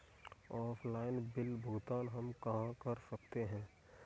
Offline bill भुगतान हम कहां कर सकते हैं?